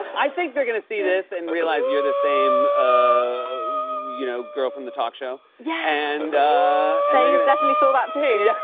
i think they're gonna see this and realize you're the same ah you know girl from the talk show. yeah! and they definitely saw that, too. yeah. it